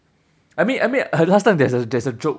I mean I mean uh last time there's a there's a joke